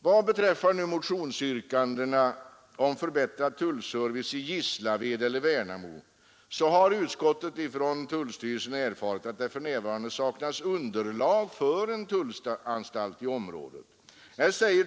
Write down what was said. Vad beträffar motionsyrkandena om förbättrad kundservice i Gislaved eller Värnamo, så har utskottet från tullstyrelsen erfarit att det för närvarande saknas underlag för en tullanstalt i området.